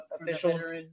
officials